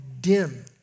dim